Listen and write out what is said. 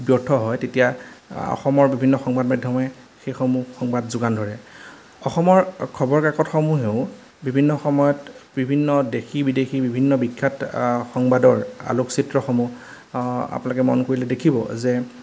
ব্যৰ্থ হয় তেতিয়া আ অসমৰ বিভিন্ন সংবাদ মাধ্যমে সেইসমূহ সংবাদ যোগান ধৰে অসমৰ খবৰ কাকতসমূহেও বিভিন্ন সময়ত বিভিন্ন দেশী বিদেশী বিভিন্ন বিখ্যাত আ সংবাদৰ আলোকচিত্ৰসমূহ আ আপোনালোকে মন কৰিলে দেখিব যে